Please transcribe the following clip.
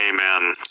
Amen